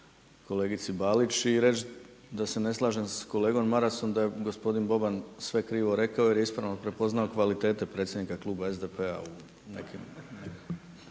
kolegici Balić. I reći da se ne slažem sa kolegom Marasom da je gospodin Boban sve krivo rekao jer je ispravno prepoznao kvalitete predsjednika Kluba SDP-a u nekim.